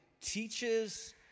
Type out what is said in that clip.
teaches